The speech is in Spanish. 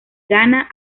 ghana